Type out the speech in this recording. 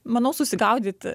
manau susigaudyti